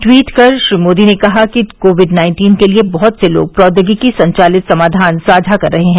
tweet कर श्री मोदी ने कहा कि कोविड नाइन्टीन के लिए बहत से लोग प्रौद्योगिकी संचालित समाधान साझा कर रहे हैं